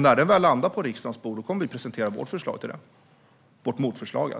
När den väl landar på riksdagens bord kommer vi att presentera vårt motförslag,